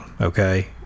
okay